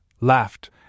laughed